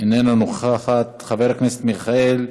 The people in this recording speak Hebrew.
איננה נוכחת, חבר הכנסת מיכאל מלכיאלי,